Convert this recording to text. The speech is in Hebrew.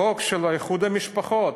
חוק, של איחוד משפחות.